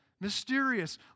mysterious